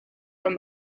from